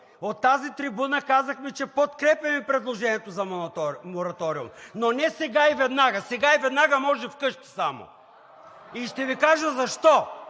От тази трибуна казахме, че подкрепяме предложението за мораториум, но не сега и веднага – сега и веднага може само вкъщи. И ще Ви кажа защо,